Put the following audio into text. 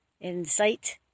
insight